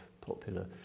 popular